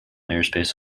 airspace